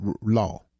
law